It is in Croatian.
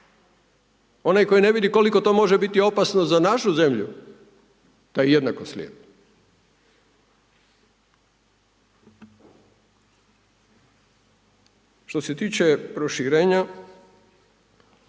Onaj tko ne vidi koliko to može biti opasno za našu zemlju taj je jednako slijep. Što se tiče proširenja,